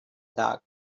dark